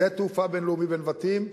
שדה-תעופה בין-לאומי בנבטים.